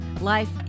life